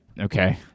Okay